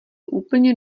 úplně